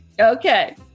Okay